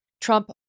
Trump